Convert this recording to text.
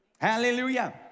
Hallelujah